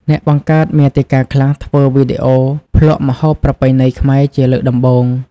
អ្នកបង្កើតមាតិកាខ្លះធ្វើវីដេអូភ្លក់ម្ហូបប្រពៃណីខ្មែរជាលើកដំបូង។